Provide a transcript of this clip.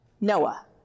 Noah